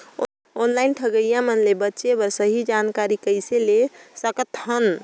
Online ठगईया मन ले बांचें बर सही जानकारी कइसे ले सकत हन?